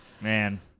Man